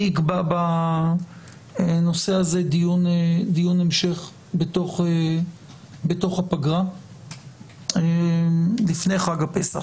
אני אקבע בנושא הזה דיון המשך בתוך הפגרה לפני חג הפסח,